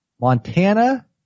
Montana